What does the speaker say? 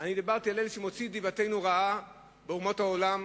אני דיברתי על אלה שמוציאים דיבתנו רעה באומות העולם,